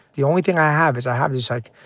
the only thing i have is i have this, like,